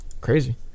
Crazy